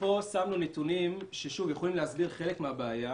שמנו נתונים שיכולים להסביר חלק מהבעיה,